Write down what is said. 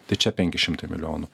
tai čia penki šimtai milijonų